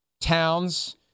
towns